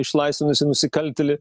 išlaisvinusi nusikaltėlį